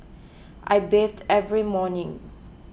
I bathe every morning